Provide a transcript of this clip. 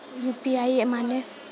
UPI माने?